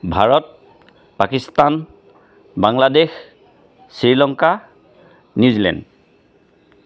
Bharat Pakistan Bangladesh Sri Lanka New Zealand